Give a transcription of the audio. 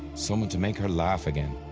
someone to make her laugh again.